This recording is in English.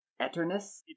Eternus